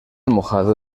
mojado